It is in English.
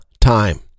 time